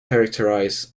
characterize